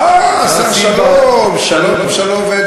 אה, השר שלום, "שלום שלום ואין